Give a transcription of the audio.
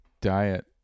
diet